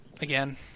again